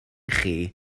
chi